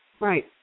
Right